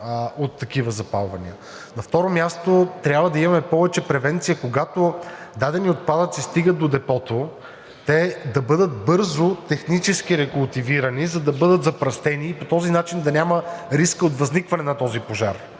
от такива запалвания. На второ място, трябва да имаме повече превенция. Когато дадени отпадъци стигат до депото, те да бъдат бързо технически рекултивирани, за да бъдат запръстени, и по този начин да няма риск от възникване на този пожар